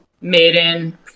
Maiden